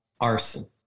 arson